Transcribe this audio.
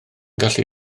gallu